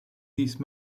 these